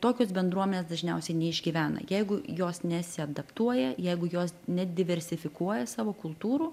tokios bendruomenės dažniausiai neišgyvena jeigu jos nesiadaptuoja jeigu jos nediversifikuoja savo kultūrų